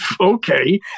okay